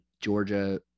Georgia